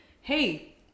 hey